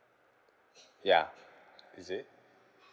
ya is it